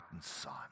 Son